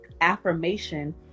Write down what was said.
affirmation